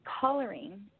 coloring